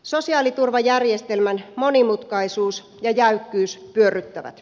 sosiaaliturvajärjestelmän monimutkaisuus ja jäykkyys pyörryttävät